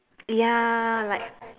ya like